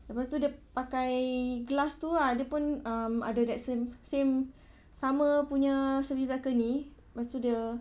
lepas itu dia pakai glass itu ah um dia pun ada that same same sama punya segi balcony lepas itu dia